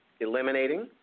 eliminating